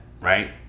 right